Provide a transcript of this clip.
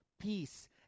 peace